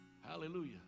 hallelujah